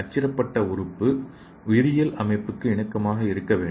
அச்சிடப்பட்ட உறுப்பு உயிரியல் அமைப்புக்கு இணக்கமாக இருக்க வேண்டும்